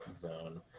zone